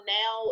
now